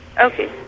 Okay